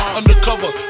undercover